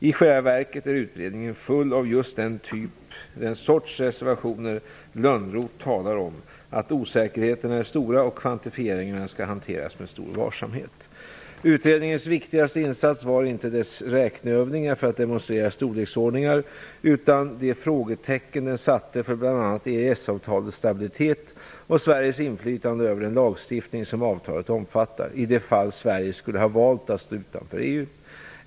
I själva verket är utredningen full av just den sorts reservationer Lönnroth talar om, dvs. att osäkerheterna är stora och att kvantifieringar skall hanteras med stor varsamhet. Utredningens viktiga insats var inte dess räkneövningar för att demonstrera storleksordningar utan de frågetecken den satte för bl.a. EES-avtalets stabilitet och Sveriges inflytande över den lagstiftning som avtalet omfattar, i det fall Sverige skulle valt att stå utanför EU.